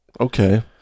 okay